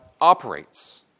operates